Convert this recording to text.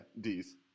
D's